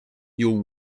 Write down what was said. your